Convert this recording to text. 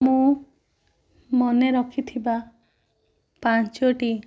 ମୁଁ ମନେରଖିଥିବା ପାଞ୍ଚୋଟି